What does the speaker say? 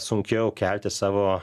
sunkiau kelti savo